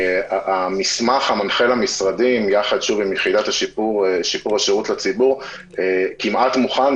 המסמך המנחה למשרדים יחד עם יחידת שיפור השירות לציבור כמעט מוכן,